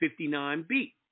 59B